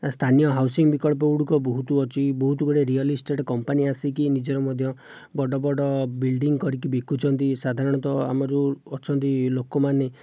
ସ୍ଥାନୀୟ ହାଉସିଂ ବିକଳ୍ପ ଗୁଡ଼ିକ ବହୁତ ଅଛି ବହୁତ ଗୁଡ଼ିଏ ରିଅଲ ଇଷ୍ଟେଟ କମ୍ପାନୀ ଆସିକି ନିଜର ମଧ୍ୟ ବଡ଼ ବଡ଼ ବିଲ୍ଡିଂ କରିକି ବିକୁଛନ୍ତି ସାଧାରଣତଃ ଆମର ଅଛନ୍ତି ଲୋକମାନେ